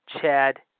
Chad